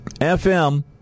FM